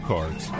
Cards